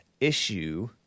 issue